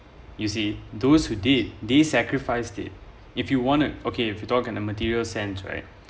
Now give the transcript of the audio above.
you see those who did these sacrifice did if you want it okay if you talk in a material sense right